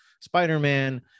spider-man